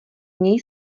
něj